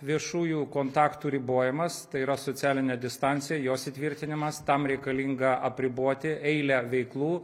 viešųjų kontaktų ribojimas tai yra socialinė distancija jos įtvirtinimas tam reikalinga apriboti eilę veiklų